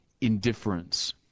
indifference